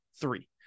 three